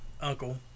uncle